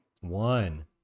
one